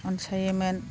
अनसायोमोन